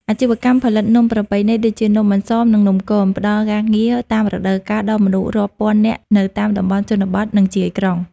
អាជីវកម្មផលិតនំប្រពៃណី ដូចជានំអន្សម និងនំគម ផ្តល់ការងារតាមរដូវកាលដល់មនុស្សរាប់ពាន់នាក់នៅតាមតំបន់ជនបទ និងជាយក្រុង។